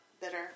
bitter